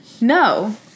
No